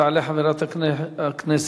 תעלה חברת הכנסת